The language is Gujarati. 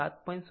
આમ તે 7